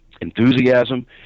enthusiasm